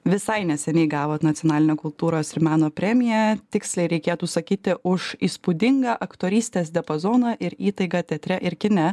visai neseniai gavot nacionalinę kultūros ir meno premiją tiksliai reikėtų sakyti už įspūdingą aktorystės diapazoną ir įtaigą teatre ir kine